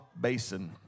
basin